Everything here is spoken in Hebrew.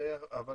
אבל